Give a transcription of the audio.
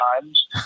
times